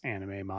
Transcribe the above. Anime